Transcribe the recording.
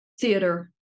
Theater